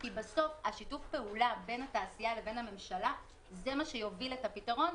כי בסוף שיתוף הפעולה בין התעשייה לבין הממשלה זה מה שיוביל את הפתרון,